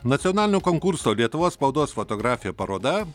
nacionalinio konkurso lietuvos spaudos fotografija paroda